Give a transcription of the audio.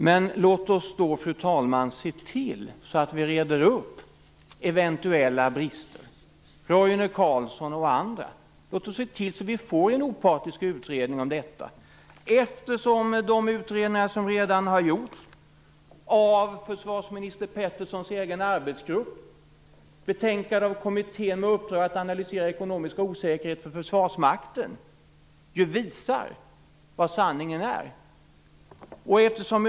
Fru talman! Men se då till att reda ut eventuella brister, Roine Carlssons och andra! Låt oss få en opartisk utredning om detta. Den utredning som redan har gjorts av försvarsminister Petersons egen arbetsgrupp, betänkandet från kommittén med uppdrag att analysera ekonomiska osäkerheter i Försvarsmakten, visar ju vad som är sanningen.